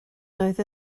doedd